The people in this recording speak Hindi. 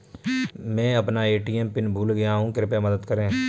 मैं अपना ए.टी.एम पिन भूल गया हूँ, कृपया मदद करें